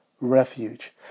refuge